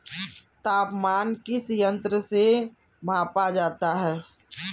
तापमान किस यंत्र से मापा जाता है?